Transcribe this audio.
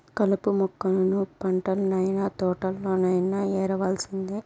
కలుపు మొక్కలను పంటల్లనైన, తోటల్లోనైన యేరేయాల్సిందే